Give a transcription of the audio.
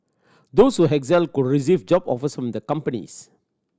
those who excel could receive job offers from the companies